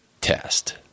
test